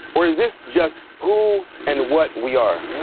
or is this just who and what we are?